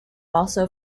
also